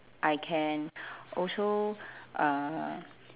I can also uh